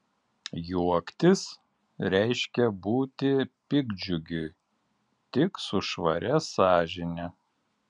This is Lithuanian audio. juoktis reiškia būti piktdžiugiui tik su švaria sąžine